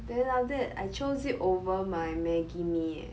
then after that I chose it over my Maggi mee eh